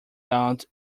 out